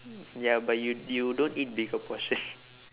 ya but you you don't eat bigger portion